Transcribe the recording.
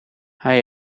hij